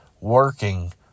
working